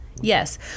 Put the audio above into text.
Yes